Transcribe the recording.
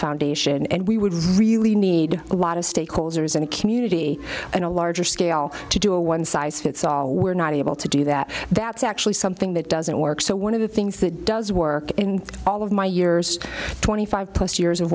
foundation and we would really need a lot of stakeholders and community in a larger scale to do a one size fits all we're not able to do that that's actually something that doesn't work so one of the things that does work in all of my years twenty five plus years of